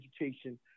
education